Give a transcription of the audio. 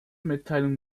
mitteilungen